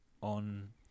On